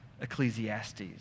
Ecclesiastes